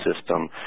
system